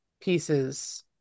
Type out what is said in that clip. pieces